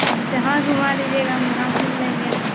اب جہاں گھما دیجیے گا ہم وہاں گھوم لیں گے